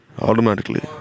Automatically